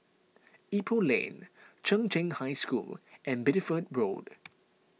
Ipoh Lane Chung Cheng High School and Bideford Road